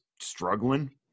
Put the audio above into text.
struggling